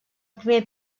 primer